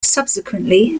subsequently